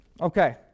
Okay